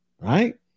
Right